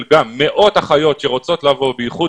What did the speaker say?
מייצגת חבורה של מאות אחיות שרוצות לבוא במיוחד